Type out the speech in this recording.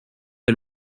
est